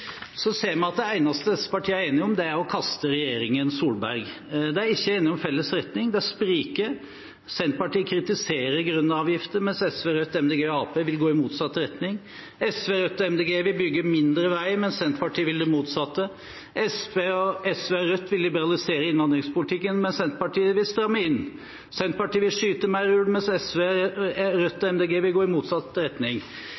Så ser vi at det eneste disse partiene er enige om, er å kaste regjeringen Solberg. De er ikke enige om felles retning. Det spriker. Senterpartiet kritiserer grønne avgifter, mens SV, Rødt, Miljøpartiet De Grønne og Arbeiderpartiet vil gå i motsatt retning. SV, Rødt og Miljøpartiet De Grønne vil bygge mindre vei, mens Senterpartiet vil det motsatte. SV og Rødt vil liberalisere innvandringspolitikken, mens Senterpartiet vil stramme inn. Senterpartiet vil skyte flere ulver, mens SV, Rødt og Miljøpartiet De Grønne vil gå i motsatt retning.